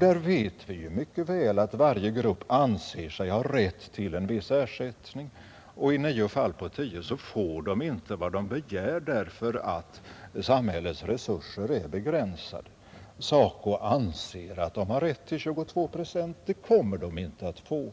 Där vet vi mycket väl att varje grupp anser sig ha rätt till en viss ersättning. I nio fall av tio får de inte vad de begär, därför att samhällets resurser är begränsade. SACO anser sig ju ha rätt till 22 procent. Det kommer SACO inte att få.